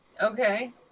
Okay